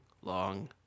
long